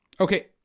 Okay